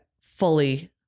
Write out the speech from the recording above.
fully